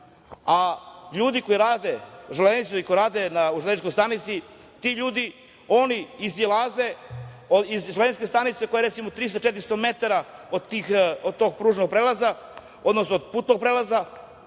Ljudi koji rade, železničari koji rade u železničkoj stanici, ti ljudi izlaze iz železničke stanice koja je 300, 400 metara od tog pružnog prelaza, odnosno od putnog prelaza.